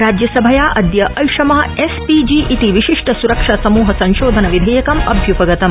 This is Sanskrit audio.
राज्यसभया अद्य ऐषम एस पी जी इति विशिष्ट स्रक्षा समूह संशोधन विधेयकम् अभ्य्पगतम्